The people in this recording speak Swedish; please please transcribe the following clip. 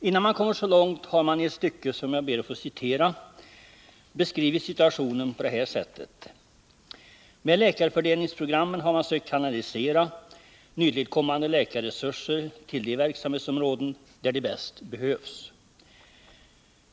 Innan man kommer så långt har man i ett stycke, som jag ber att få citera, beskrivit situationen på det här sättet: ”Med läkarfördelningsprogrammen har man sökt kanalisera nytillkommande läkarresurser till de verksamhetsområden där de bäst behövs.